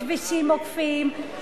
וכבישים עוקפים,